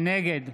נגד